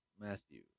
Matthew